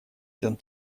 всем